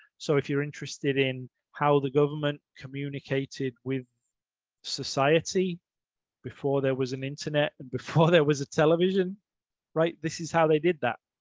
so, if you're interested in how the government communicated with society before there was an internet and before there was a television right this is how they did that.